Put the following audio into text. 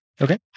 Okay